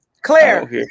Claire